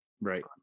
Right